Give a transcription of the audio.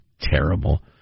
terrible